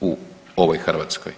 u ovoj Hrvatskoj.